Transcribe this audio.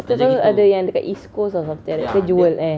tahu-tahu ada yang dekat east coast or something like that tu jewel eh